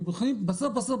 כשבוחנים בסוף,